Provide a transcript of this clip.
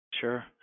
Sure